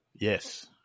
Yes